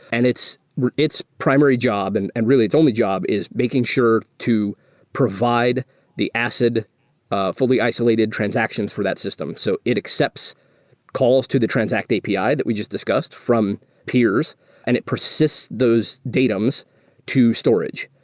and its its primary job and and, really, it's only job is making sure to provide the acid fully isolated transactions for that system. so it accepts calls to the transact api that we just discussed from peers and it persists those datums to storage.